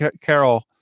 Carol